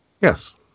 Yes